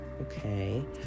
okay